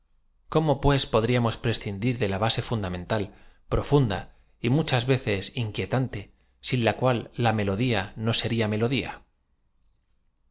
cómo pue podríamos prescindir de la base fundamental profunda y muchas veces inquie tante sin la cual la melodía no seria melodía